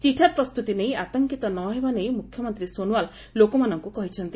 ଚିଠା ପ୍ରସ୍ତୁତି ନେଇ ଆତଙ୍କିତ ନ ହେବା ନେଇ ମୁଖ୍ୟମନ୍ତ୍ରୀ ସୋନୱାଲ ଲୋକମାନଙ୍କୁ କହିଛନ୍ତି